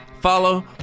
Follow